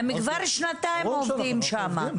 הם כבר שנתיים עובדים שם.